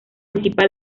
municipal